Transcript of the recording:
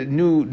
new